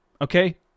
okay